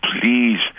please